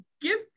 give